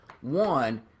one